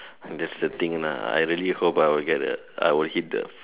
and that's the thing lah I really hope I will get the I will hit the